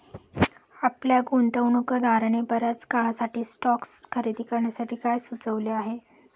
आपल्या गुंतवणूकदाराने बर्याच काळासाठी स्टॉक्स खरेदी करण्यासाठी काय सुचविले आहे?